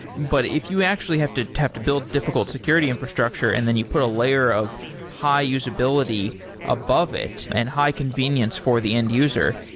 but if you actually have to have to build difficult security infrastructure and then you put a layer of high usability above it and high convenience for the end user,